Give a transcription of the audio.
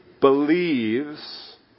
believes